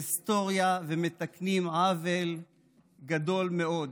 היסטוריה, מתקנים עוול גדול מאוד.